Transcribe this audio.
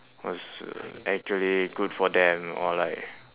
what's uh actually good for them or like